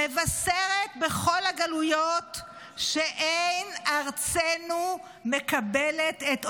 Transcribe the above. מבשרת בכל הגלויות שאין ארצנו מקבלת את אויבינו".